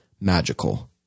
magical